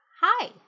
Hi